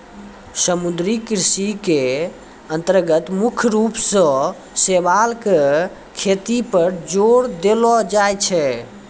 समुद्री कृषि के अन्तर्गत मुख्य रूप सॅ शैवाल के खेती पर जोर देलो जाय छै